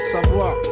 savoir